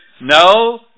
no